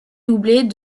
doublet